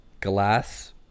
glass